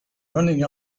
running